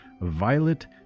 Violet